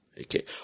Okay